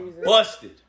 Busted